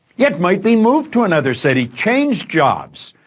yeah it might be, move to another city, change jobs,